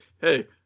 hey